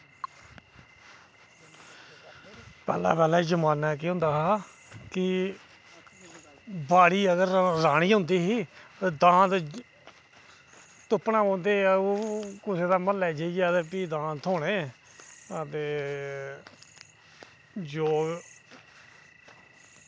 पैह्ले पैह्ले जमानै केह् होंदा हा कि बाड़ी अगर राह् नी होंदी ही ते दांद तुप्पना पौंदे हे कुसै दे म्हल्लै जाइयै भी दांद थ्होने ते जौ